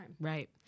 Right